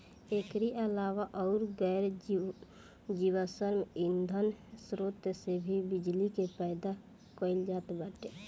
एकरी अलावा अउर गैर जीवाश्म ईधन स्रोत से भी बिजली के पैदा कईल जात बाटे